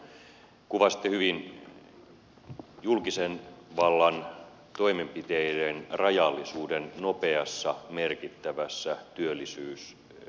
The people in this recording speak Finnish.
kuvasitte hyvin julkisen vallan toimenpiteiden rajallisuuden nopeassa merkittävässä työllisyyspolitiikassa